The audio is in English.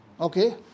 Okay